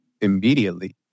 immediately